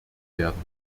werden